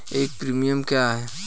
एक प्रीमियम क्या है?